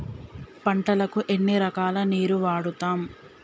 పంటలకు ఎన్ని రకాల నీరు వాడుతం?